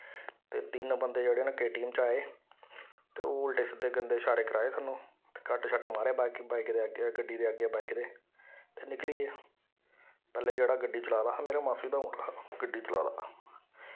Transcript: ते तिन्न बंदे जेह्ड़े न के टी ऐम्म च आए ते ओह् उल्टे सिद्धे गंदे शारे कराए साह्नू ते कट्ट शट्ट मारे बाइकै दे गड्डी दे अग्गै बाईक दे ते निकली गे पैह्लें जेह्ड़ा गड्डी चला दा हा मेरी मासी दा मुड़ा हा गड्डी चला दा